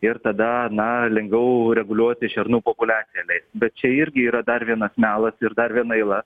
ir tada na lengviau reguliuoti šernų populiaciją leis bet čia irgi yra dar vienas melas ir dar viena yla